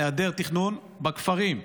היעדר תכנון בכפרים,